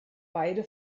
beide